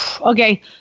Okay